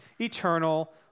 eternal